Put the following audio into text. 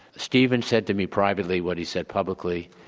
steven said to me privately what he said publicly,